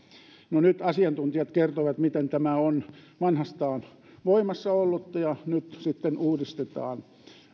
no nyt asiantuntijat kertoivat miten tämä on vanhastaan voimassa ollutta ja nyt sitten se uudistetaan